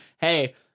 hey